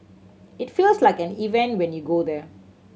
it feels like an event when you go there